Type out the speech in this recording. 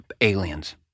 aliens